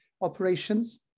operations